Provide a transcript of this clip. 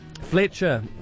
Fletcher